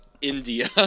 India